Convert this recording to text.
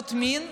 עבירות מין,